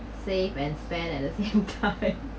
safe and spend at the same time